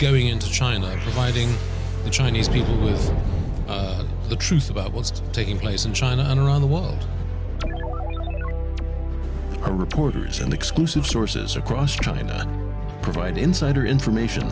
going into china hiding the chinese people is the truth about what's taking place in china and around the world are reporters and exclusive sources across china provide insider information